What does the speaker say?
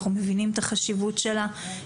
אנחנו מבינים את החשיבות שלה.